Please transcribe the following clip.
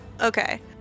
Okay